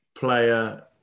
player